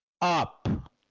up